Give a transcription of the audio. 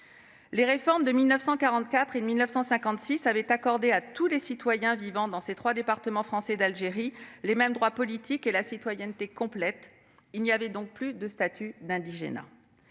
Les réformes de 1944 et de 1956 avaient accordé à tous les citoyens vivant dans les trois départements d'Algérie les mêmes droits politiques et la citoyenneté complète. Il n'y avait donc plus de statut d'indigénat.